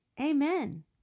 Amen